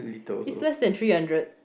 it is less than three hundred